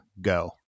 Go